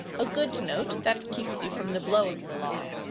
a good note that keeps you from the blow of the law.